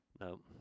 No